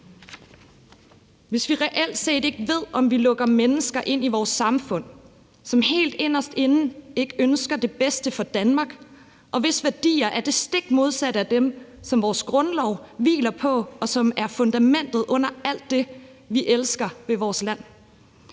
hvis vi reelt set ikke ved, om vi lukker mennesker ind i vores samfund, som helt inderst inde ikke ønsker det bedste for Danmark, og hvis værdier er det stik modsatte af dem, som vores grundlov hviler på, og som er fundamentet under alt det, vi elsker ved vores land.